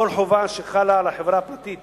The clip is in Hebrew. כל חובה שחלה על חברה פרטית